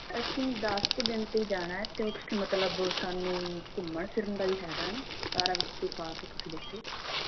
ਅਸੀਂ ਦਸ ਕੁ ਦਿਨ 'ਤੇ ਹੀ ਜਾਣਾ ਅਤੇ ਉੱਥੇ ਮਤਲਬ ਸਾਨੂੰ ਘੁੰਮਣ ਫਿਰਨ ਦਾ ਵੀ ਹੈਗਾ ਨਾ ਸਾਰਾ ਵਿੱਚ ਪਾ ਕੇ ਤੁਸੀਂ ਦੱਸਿਓ